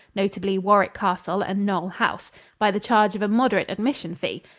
notably warwick castle and knole house by the charge of a moderate admission fee.